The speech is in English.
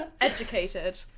educated